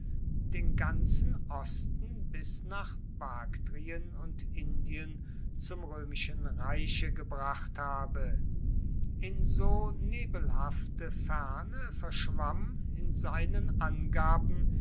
den ganzen osten bis nach baktrien und indien zum römischen reiche gebracht habe in so nebelhafte ferne verschwamm in seinen angaben